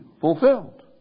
fulfilled